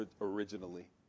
originally